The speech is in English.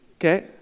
okay